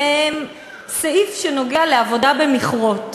סעיף שנוגע לעבודה במכרות.